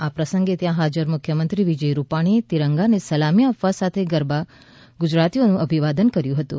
આ પ્રસંગે ત્યાં હાજર મુખ્યમંત્રી વિજય રૂપાણીએ તિરંગાને સલામી આપવા સાથે ગરવા ગુજરાતીઓનું અભિવાદન કર્યું હતું